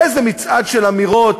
איזה מצעד של אמירות.